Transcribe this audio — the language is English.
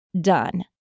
done